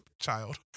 child